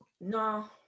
No